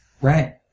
Right